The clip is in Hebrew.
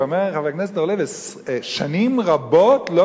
ואומר חבר הכנסת אורלב ששנים רבות לא